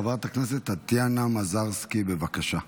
חברת הכנסת טטיאנה מזרסקי, בבקשה.